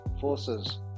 forces